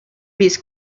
vist